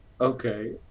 Okay